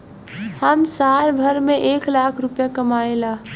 हम साल भर में एक लाख रूपया कमाई ला